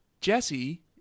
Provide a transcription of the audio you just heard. Jesse